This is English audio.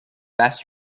best